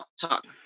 talk